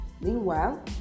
Meanwhile